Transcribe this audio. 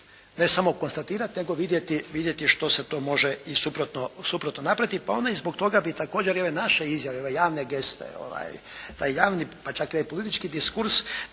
ne samo konstatirati nego vidjeti što se to može i suprotno napraviti. Pa onda i zbog toga bi također i ove naše izjave, ove javne geste, taj javni pa čak i politički diskurs